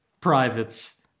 privates